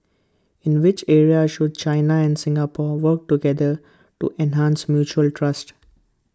in which areas should China and Singapore work together to enhance mutual trust